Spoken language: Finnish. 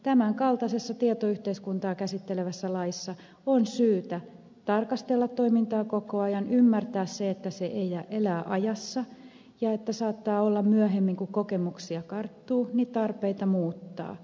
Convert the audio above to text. tämän kaltaisessa tietoyhteiskuntaa käsittelevässä laissa on syytä tarkastella toimintaa koko ajan ymmärtää että se elää ajassa ja että saattaa olla myöhemmin kun kokemuksia karttuu tarpeita muuttaa lainsäädäntöä